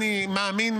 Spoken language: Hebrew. אני מאמין,